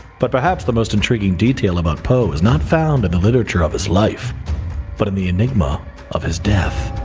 but perhaps the most intriguing detail about poe is not found in and the literature of his life but in the enigma of his death.